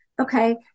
Okay